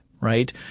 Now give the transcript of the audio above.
right